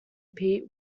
pete